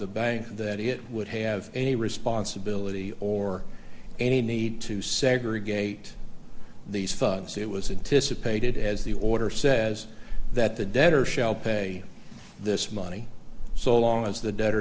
the bank that it would have any responsibility or any need to segregate these funds it was a dissipated as the order says that the debtor shall pay this money so long as the de